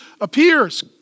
appears